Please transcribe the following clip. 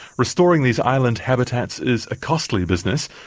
restoring these island habitats is a costly business,